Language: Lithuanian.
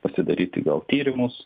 pasidaryti gal tyrimus